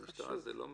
אצל המשטרה זה לא מרמה.